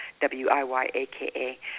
W-I-Y-A-K-A